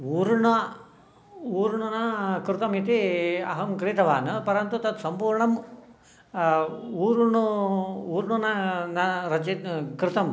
ऊर्ण ऊर्णकृतमिति अहं क्रीतवान् परन्तु तत् सम्पूर्णम् ऊर्णो न कृतम्